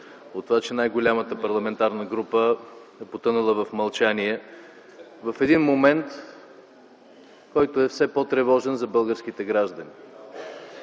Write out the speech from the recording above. учуден, че най-голямата парламентарна група е потънала в мълчание в момент, който е все по-тревожен за българските граждани.